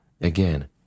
Again